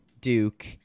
Duke